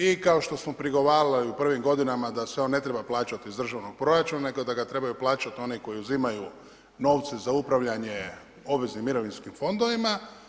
I kao što smo prigovarali u prvim godinama, da se on ne treba plaćati iz državnog proračuna, nego da ga trebaju plaćati oni koji uzimaju novcem za upravljanje obveznim mirovinskim fondovima.